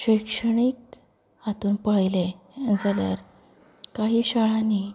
शिक्षणीक हातूंत पळयलें जाल्यार कांय शाळांनीं